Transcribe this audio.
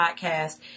podcast